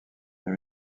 les